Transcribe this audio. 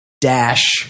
dash